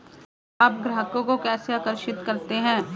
आप ग्राहकों को कैसे आकर्षित करते हैं?